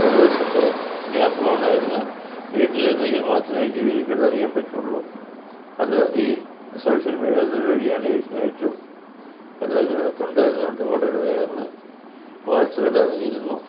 ഒരു ദിവസത്തെ ഗ്യാപ് വേണമായിരുന്നു വീട്ടിൽ ഇരുന്നെങ്കിൽ മാത്രമേ ടീവിയിൽ കൂടെ അറിയാൻ പറ്റുള്ളൂ അത് ഈ സോഷ്യൽ മീഡിയാസ് വഴി അഡിഷ്ണൽ ആയിട്ടും എല്ലാം ഇതിനകത്ത് ഉണ്ടായിരുന്നത് കൊണ്ട് വളരെ വേഗമൊന്ന് വാർത്തകൾ അറിഞ്ഞിരുന്നു